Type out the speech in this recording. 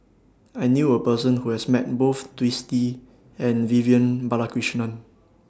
I knew A Person Who has Met Both Twisstii and Vivian Balakrishnan